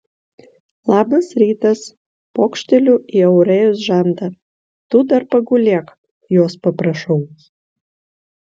labas rytas pokšteliu į aurėjos žandą tu dar pagulėk jos paprašau